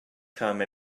come